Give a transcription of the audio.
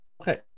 Okay